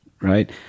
right